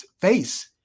face